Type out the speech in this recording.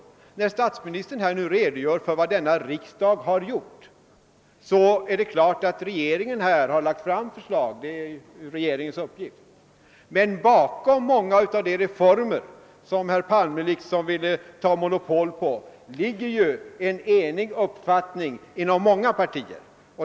ön När statsministern redovisade vad denna riksdag uträttat angav han att regeringen lagt fram förslagen, och det är klart att så har skett — det är ju regeringens uppgift. Men bakom många av de reformer som herr Palme liksom ville ta monopol på ligger en enig uppfattning inom många partier.